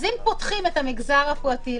אם פותחים את המגזר הפרטי,